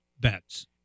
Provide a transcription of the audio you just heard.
bets